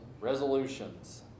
Resolutions